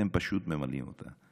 אתם פשוט ממלאים אותה,